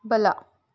ಬಲ